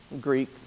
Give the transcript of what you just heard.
Greek